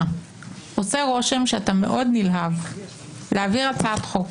עושה רושם שאתה מאוד נלהב להעביר הצעת חוק.